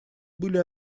были